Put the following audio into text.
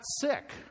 sick